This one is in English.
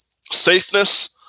safeness